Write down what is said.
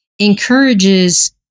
encourages